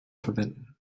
verwenden